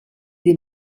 des